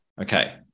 okay